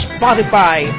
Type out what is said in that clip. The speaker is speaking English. Spotify